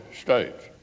states